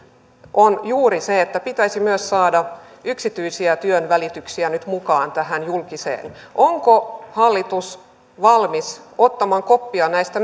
on juuri se että pitäisi myös saada yksityisiä työnvälityksiä nyt mukaan tähän julkiseen onko hallitus valmis ottamaan koppia näistä